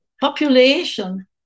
population